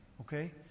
okay